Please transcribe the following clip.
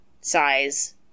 size